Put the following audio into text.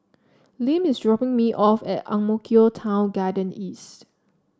Lim is dropping me off at Ang Mo Kio Town Garden East